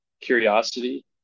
curiosity